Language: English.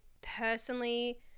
personally